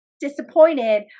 disappointed